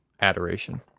adoration